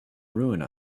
ruin